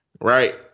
right